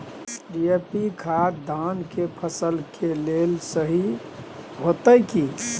DAP खाद धान के फसल के लेल सही होतय की?